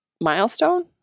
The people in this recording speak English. milestone